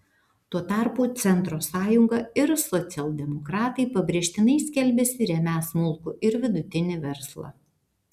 tuo tarpu centro sąjunga ir socialdemokratai pabrėžtinai skelbiasi remią smulkų ir vidutinį verslą